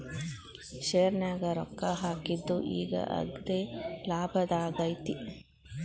ಶೆರ್ನ್ಯಾಗ ರೊಕ್ಕಾ ಹಾಕಿದ್ದು ಈಗ್ ಅಗ್ದೇಲಾಭದಾಗೈತಿ